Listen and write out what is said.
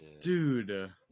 Dude